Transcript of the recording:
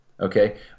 Okay